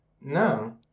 No